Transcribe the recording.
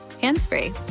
hands-free